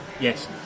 Yes